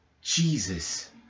Jesus